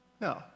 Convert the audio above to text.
No